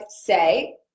say